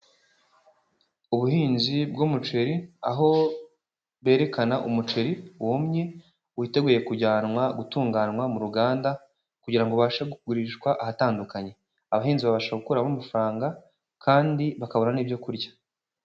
Ubuhinzi bw'umuceri, aho berekana umuceri wumye witeguye kujyanwa gutunganywa mu ruganda, kugira ngo ubashe kugurishwa ahatandukanye. Abahinzi babasha gukuramo amafaranga, kandi bakabona n'ibyo kurya.